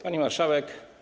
Pani Marszałek!